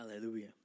Hallelujah